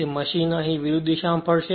તેથી મશીન અહીં વિરુદ્ધ દિશામાં ફરશે